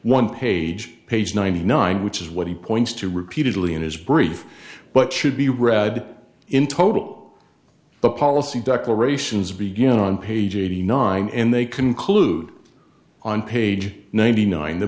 one page page ninety nine which is what he points to repeatedly in his brief but should be read in total the policy declarations begin on page eighty nine and they conclude on page ninety nine the